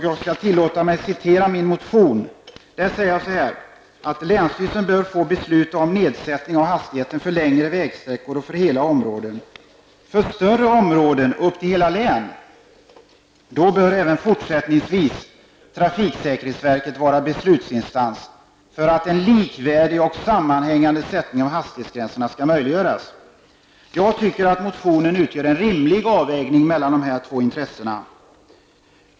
Jag skall tillåta mig att citera ur min motion: ''Länsstyrelsen bör få besluta om nedsättning av hastigheten för längre sträckor och för hela områden. För större områden upp till hela län bör även fortsättningsvis trafiksäkerhetsverket vara beslutsinstans för att en likvärdig och sammanhängande sättning av hastighetsgränserna skall möjliggöras.'' Jag tycker att motionsförslaget utgör en rimlig avvägning med de två intressena.